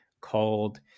called